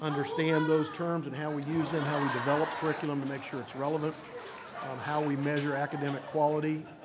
understand those terms and how we use them how we develop curriculum to make sure it's relevant how we measure academic quality